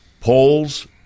polls